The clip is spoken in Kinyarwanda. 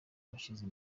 abashinzwe